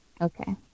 okay